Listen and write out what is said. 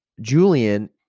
Julian